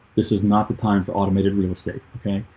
this is not the time for automated real estate ok,